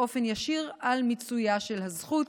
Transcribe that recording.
באופן ישיר על מיצויה של הזכות